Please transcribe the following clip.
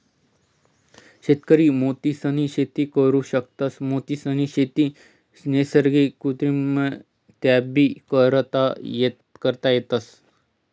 शेतकरी मोतीसनी शेती करु शकतस, मोतीसनी शेती नैसर्गिक आणि कृत्रिमरीत्याबी करता येस